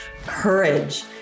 courage